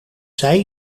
zei